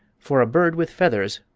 for a bear with feathers,